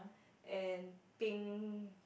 and pink